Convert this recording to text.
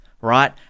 right